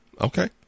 Okay